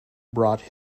brought